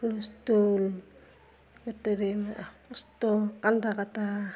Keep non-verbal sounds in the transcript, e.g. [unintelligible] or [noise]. হুলস্থুল [unintelligible] কষ্ট কন্দা কটা